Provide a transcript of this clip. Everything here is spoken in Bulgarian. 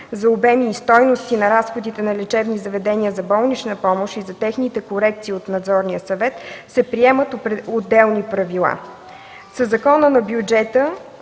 за обем и стойности на разходите на лечебни заведения за болнична помощ и за техните корекции от Надзорния съвет се приемат отделни правила. Със Закона за бюджета